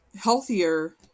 healthier